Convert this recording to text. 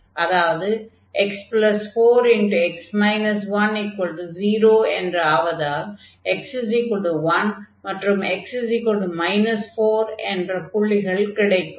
அதாவது x4x 10 என்று ஆவதால் x1 மற்றும் x 4 என்ற புள்ளிகள் கிடைக்கும்